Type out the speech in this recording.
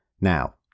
Now